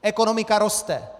Ekonomika roste.